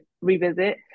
revisit